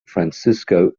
francesco